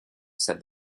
said